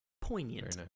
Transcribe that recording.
poignant